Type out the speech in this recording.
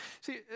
See